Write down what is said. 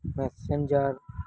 Messenger